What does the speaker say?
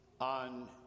on